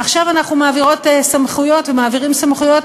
עכשיו אנחנו מעבירות סמכויות ומעבירים סמכויות,